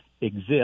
exist